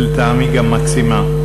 ולטעמי גם מקסימה.